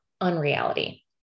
unreality